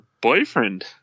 boyfriend